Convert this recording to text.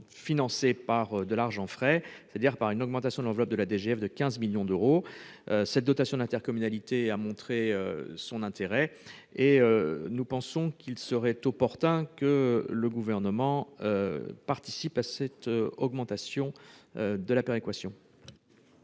financée par « de l'argent frais », c'est-à-dire par une augmentation de la DGF de 15 millions d'euros. Cette dotation d'intercommunalité a montré son intérêt. Il serait opportun que le Gouvernement participe à cette augmentation de la péréquation.